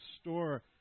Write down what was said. store